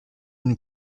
une